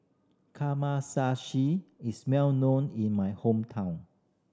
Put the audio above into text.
kamameshi is well known in my hometown